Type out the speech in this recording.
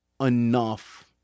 enough